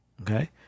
Okay